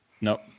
Nope